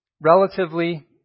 relatively